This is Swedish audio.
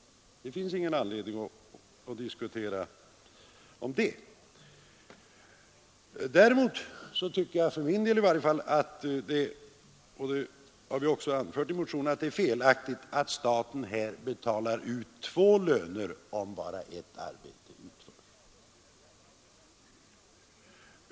Det finns ingen anledning att ifrågasätta det. Däremot tycker jag för min del — och det har vi också anfört i motionen — att det är felaktigt att staten betalar ut två löner om bara ett arbete utförs.